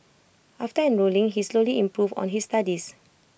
after enrolling he slowly improved on his studies